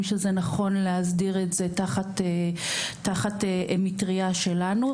שזה נכון להסדיר את זה תחת מטריה שלנו.